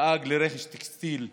קידם את הנושא, דאג לרכש טקסטיל מקומי.